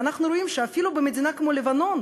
ואנחנו רואים שאפילו במדינה כמו לבנון